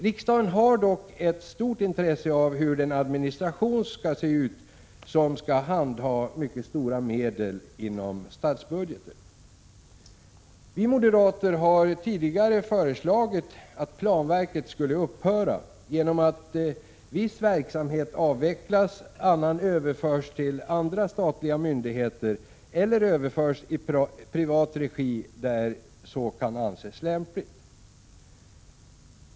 Riksdagen har dock ett stort intresse av hur den administration skall se ut som handhar mycket betydande medel inom statsbudgeten. Vi moderater har tidigare föreslagit att planverket skall upphöra, genom att viss verksamhet avvecklas och annan överförs till andra statliga myndigheter eller överförs i privat regi där så kan anses lämpligt.